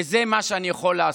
וזה מה שאני יכול לעשות.